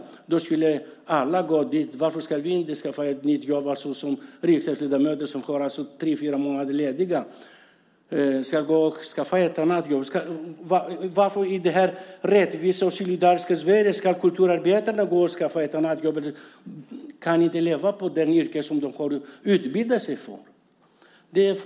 Varför skulle i så fall inte vi riksdagsledamöter skaffa ett annat jobb? Vi har tre fyra månader ledigt. Varför ska kulturarbetarna i det rättvisa och solidariska Sverige skaffa ett annat jobb? Varför kan de inte leva på det yrke som de har utbildat sig för?